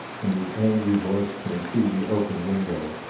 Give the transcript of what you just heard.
and his angry voice came through the open window.